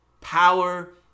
power